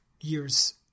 years